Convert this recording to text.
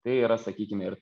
tai yra sakykim ir